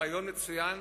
רעיון מצוין,